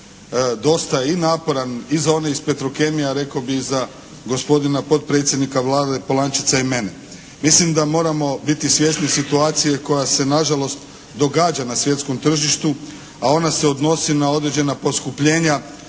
dosta i naporan i za one iz Petrokemije a rekao bih i za gospodina potpredsjednika Vlade Polančeca i mene. Mislim da moramo biti svjesni situacije koja se nažalost događa na svjetskom tržištu a ona se odnosi na određena poskupljenja